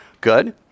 Good